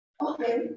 Okay